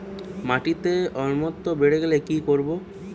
মাটিতে অম্লত্ব বেড়েগেলে কি করব?